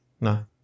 No